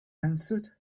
answered